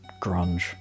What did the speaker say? grunge